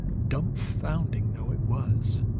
dumfounding though it was.